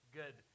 good